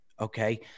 okay